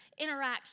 interacts